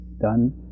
done